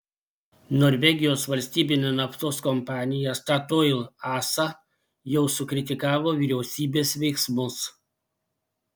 norvegijos valstybinė naftos kompanija statoil asa jau sukritikavo vyriausybės veiksmus